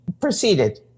proceeded